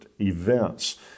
events